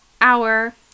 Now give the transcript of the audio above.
hour